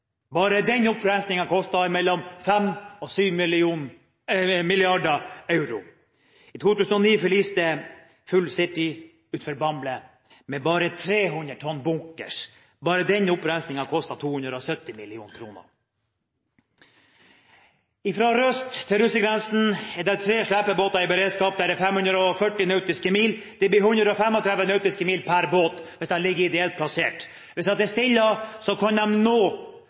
Bare den opprensingen kostet mellom 5 og 7 mrd. euro. I 2009 forliste «Full City» utenfor Bamble med bare 300 tonn bunkers. Bare den opprensingen kostet 270 mill. kr. Fra Røst til russergrensen er det tre slepebåter i beredskap, det er 540 nautiske mil, det blir 135 nautiske mil per båt hvis de ligger ideelt plassert. Hvis det er stille, kan de nå